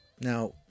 Now